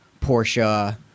Porsche